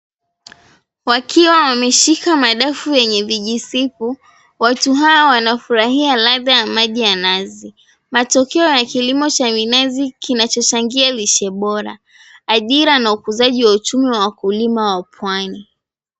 Wakiwa wameshika madafu yenye vijisipu, watu hawa wanafrahia ladha ya maji ya nazi. Matokeo ya kilimo cha minazi kinacho changia lishe bora, ajira na ukuzaji wa uchumi wa ukulima wa pwani.